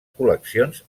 col·leccions